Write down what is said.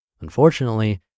Unfortunately